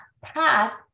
path